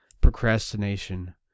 procrastination